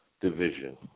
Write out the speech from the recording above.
division